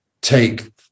take